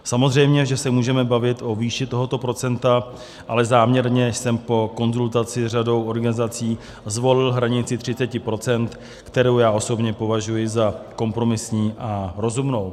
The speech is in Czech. Samozřejmě že se můžeme bavit o výši tohoto procenta, ale záměrně jsem po konzultaci s řadou organizací zvolil hranici 30 %, kterou osobně považuji za kompromisní a rozumnou.